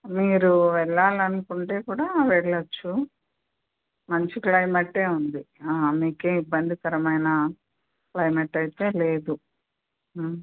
మీరు వెళ్ళాలి అనుకుంటే కూడా వెళ్ళవచ్చు మంచి క్లైమట్ ఉంది మీకు ఏ ఇబ్బందికరమైన క్లైమట్ అయితే లేదు